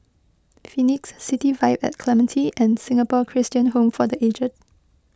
Phoenix City Vibe at Clementi and Singapore Christian Home for the aged